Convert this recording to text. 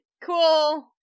cool